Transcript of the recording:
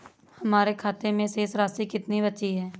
हमारे खाते में शेष राशि कितनी बची है?